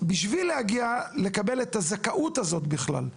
בשביל להגיע לקבל את הזכאות הזאת בכלל.